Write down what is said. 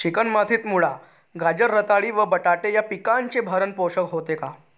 Chicken मातीत मुळा, गाजर, रताळी व बटाटे या पिकांचे भरण पोषण होते का?